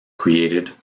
created